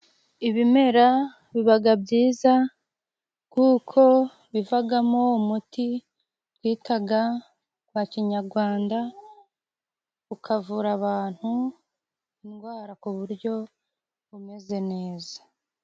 Ibimera bibaga byiza kuko bivagamo umuti twitaga uwa kinyagwanda ukavura abantu indwara ku buryo bumeze neza.